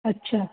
अच्छा